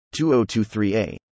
2023a